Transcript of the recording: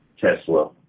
Tesla